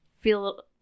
feel